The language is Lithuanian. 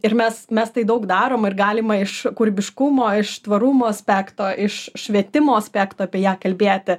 ir mes mes tai daug darom ir galima iš kūrybiškumo tvarumo aspekto iš švietimo aspekto apie ją kalbėti